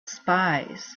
spies